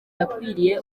yakwiriye